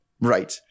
Right